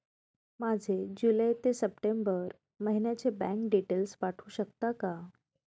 माझे जुलै ते सप्टेंबर महिन्याचे बँक डिटेल्स पाठवू शकता का?